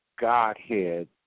Godhead